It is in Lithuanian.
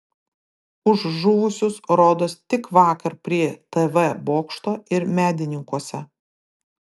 už žuvusius rodos tik vakar prie tv bokšto ir medininkuose